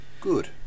Good